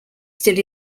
still